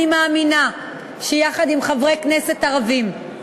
אני מאמינה שיחד עם חברי כנסת ערבים,